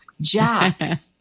Jack